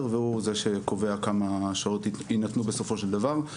והוא זה שקובע כמה שעות יינתנו בסופו של דבר,